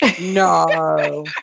No